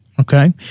Okay